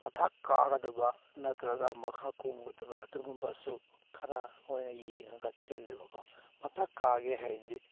ꯃꯊꯛ ꯀꯥꯒꯗꯕ ꯅꯠꯇ꯭ꯔꯒ ꯃꯈꯥ ꯀꯨꯝꯒꯗꯕ ꯑꯗꯨꯒꯨꯝꯕꯁꯨ ꯈꯔ ꯃꯣꯏꯅ ꯌꯦꯡꯉꯒ ꯆꯦꯜꯂꯦꯕꯀꯣ ꯃꯊꯛ ꯀꯥꯒꯦ ꯍꯥꯏꯔꯗꯤ